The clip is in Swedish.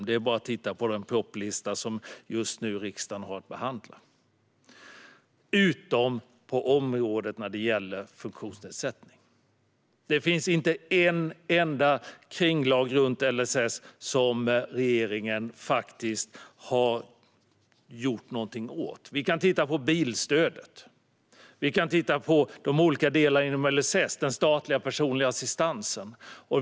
Det är bara att titta på den propositionslista som riksdagen just nu har att behandla. Undantaget är området funktionsnedsättning. Det finns inte en enda kringlag runt LSS som regeringen har gjort någonting åt. Vi kan titta på bilstödet. Vi kan titta på de olika delarna inom LSS och den statliga personliga assistansen.